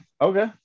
Okay